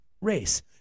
race